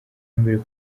mbere